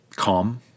calm